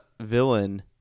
villain